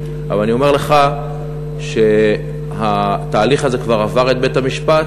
אבל אני אומר לך שהתהליך הזה כבר עבר את בית-המשפט,